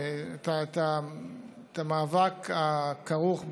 ואת המאבק הכרוך בגירושים,